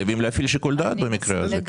חייבים להפעיל שיקול דעת במקרה הזה.